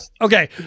Okay